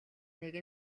нэг